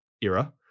era